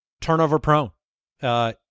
turnover-prone